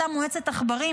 אותה מועצת עכברים,